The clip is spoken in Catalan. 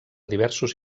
diversos